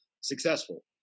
successful